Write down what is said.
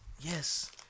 Yes